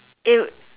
it would